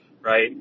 right